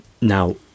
Now